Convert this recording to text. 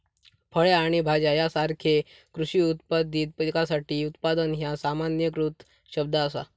फळे आणि भाज्यो यासारख्यो कृषी उत्पादित पिकासाठी उत्पादन ह्या सामान्यीकृत शब्द असा